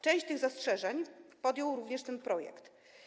Część tych zastrzeżeń podjął również ten projekt.